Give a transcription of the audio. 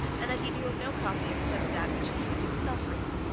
and that he knew of no copy except that which he had himself written,